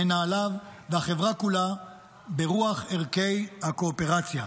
מנהליו והחברה כולה ברוח ערכי הקואופרציה,